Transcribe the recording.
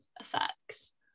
effects